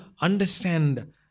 understand